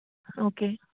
okay